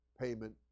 payment